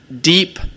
deep